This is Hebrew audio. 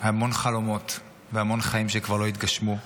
המון חלומות והמון חיים שכבר לא יתגשמו.